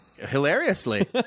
Hilariously